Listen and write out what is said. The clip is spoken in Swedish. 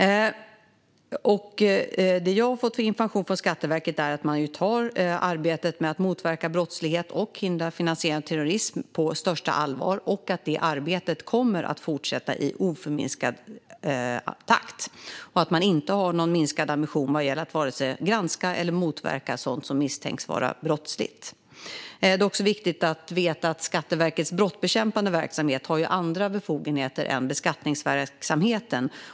Den information jag fått från Skatteverket är att man tar arbetet med att motverka brottslighet och förhindra finansiering av terrorism på största allvar, att det arbetet kommer att fortsätta i oförminskad takt och att man inte har någon minskad ambition vad gäller att granska och motverka sådant som misstänks vara brottsligt. Det är också viktigt att veta att Skatteverkets brottsbekämpande verksamhet har andra befogenheter än beskattningsverksamheten.